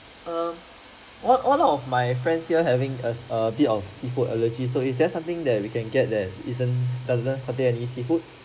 um one one of my friends here having as a bit of seafood allergy so is there something that we can get that isn't doesn't something any seafood